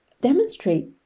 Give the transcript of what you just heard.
demonstrate